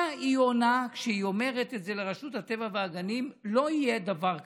מה היא עונה כשהיא אומרת את זה לרשות הטבע והגנים: לא יהיה דבר כזה,